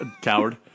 coward